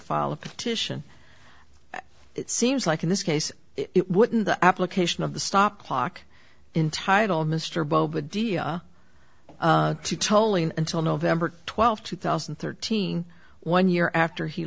file a petition it seems like in this case it wouldn't the application of the stopcock entitle mr boba dhea to tolling until november twelfth two thousand and thirteen one year after he